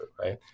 right